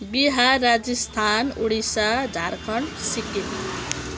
Bihar Rajasthan Odisha Jharkhand Sikkim